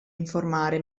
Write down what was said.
informare